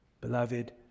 Beloved